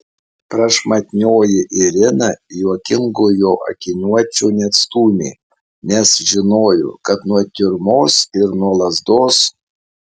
prašmatnioji irina juokingojo akiniuočio neatstūmė nes žinojo kad nuo tiurmos ir nuo lazdos